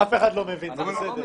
אף אחד לא מבין, זה בסדר.